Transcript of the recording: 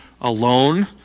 alone